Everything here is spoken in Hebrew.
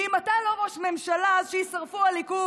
כי אם אתה לא ראש ממשלה אז שיישרפו הליכוד,